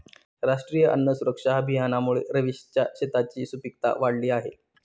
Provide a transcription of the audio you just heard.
राष्ट्रीय अन्न सुरक्षा अभियानामुळे रवीशच्या शेताची सुपीकता वाढली आहे